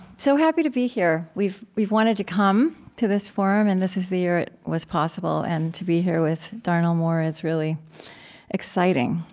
so happy to be here. we've we've wanted to come to this forum, and this is the year it was possible. and to be here with darnell moore is really exciting.